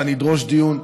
ואני אדרוש דיון.